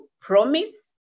promise